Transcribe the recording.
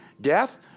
Death